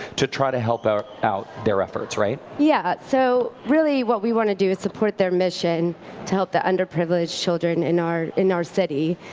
to try to help out out their efforts, right? yeah. so really, what we want to do is support their mission to help the underprivileged children in our in our city.